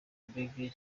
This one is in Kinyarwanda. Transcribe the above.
brig